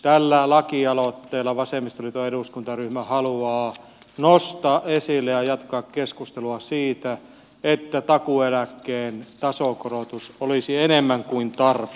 tällä lakialoitteella vasemmistoliiton eduskuntaryhmä haluaa nostaa esille ja jatkaa keskustelua siitä että takuueläkkeen tasokorotus olisi enemmän kuin tarpeen